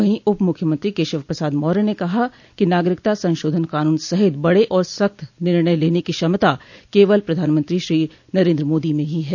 वहीं उप मुख्यमंत्री केशव प्रसाद मौर्य ने कहा कि नागरिकता संशोधन कानून सहित बड़े और सख्त निर्णय लेने की क्षमता केवल प्रधानमंत्री श्री नरेन्द्र मोदी में ही है